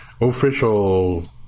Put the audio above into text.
official